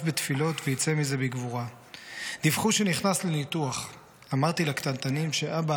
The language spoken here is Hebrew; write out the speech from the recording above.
בתפילות ויצא מזה בגבורה // דיווחו שנכנס לניתוח / אמרתי לקטנטנים שאבא